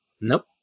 nope